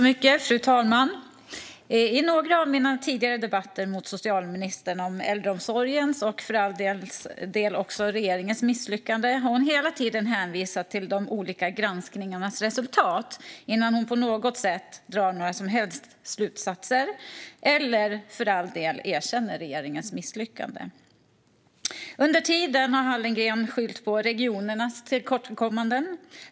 Fru talman! I några av mina tidigare debatter med socialministern om äldreomsorgens och för all del också regeringens misslyckande har hon hela tiden hänvisat till att hon vill invänta de olika granskningarnas resultat innan hon på något sätt drar några som helst slutsatser eller erkänner regeringens misslyckande. Under tiden har Hallengren skyllt på regionernas tillkortakommanden.